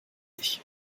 ich